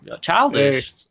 childish